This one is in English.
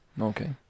Okay